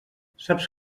saps